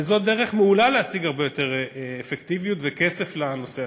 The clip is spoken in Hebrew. וזו דרך מעולה להשיג הרבה יותר אפקטיביות וכסף לנושא עצמו.